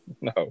No